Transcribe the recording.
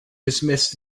dismissed